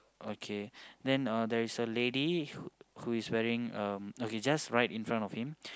okay then uh there is a lady who who is wearing um okay just right in front of him